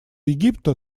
египта